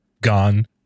gone